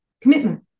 commitment